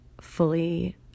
fully